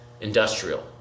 Industrial